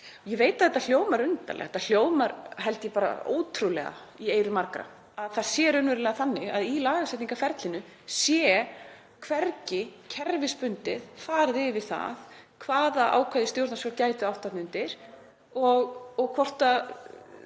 Ég veit að þetta hljómar undarlega. Þetta hljómar, held ég, bara ótrúlega í eyrum margra, að það sé raunverulega þannig að í lagasetningarferlinu sé hvergi kerfisbundið farið yfir það hvaða ákvæði í stjórnarskrá gætu verið þarna undir og hvort þau